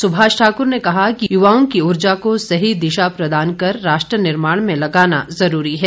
सुभाष ठाक्र ने कहा कि युवाओं की ऊर्जा को सही दिशा प्रदान कर राष्ट्र निर्माण में लगाना जरूरी है